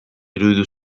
iruditu